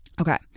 Okay